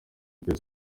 kwezi